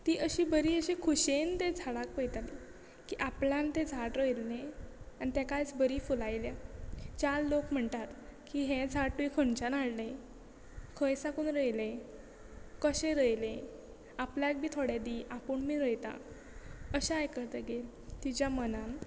ती अशी बरी अशी खुशयेन ती ते झाडाक पळताली की आपल्यान तें झाड रोयल्ले आनी ताकाय बरी फुलायल्या चार लोक म्हणटात की हें झाड तूं खंयच्यान हाडले खंय साकून रोयलें कशें रोयलें आपल्याक बी थोडे दी आपूण बी रोयता अशें आयकतगीर तिच्या मनान